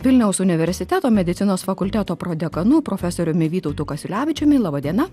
vilniaus universiteto medicinos fakulteto prodekanu profesoriumi vytautu kasiulevičiumi laba diena